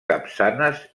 capçanes